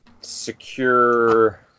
secure